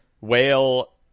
Whale